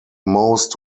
most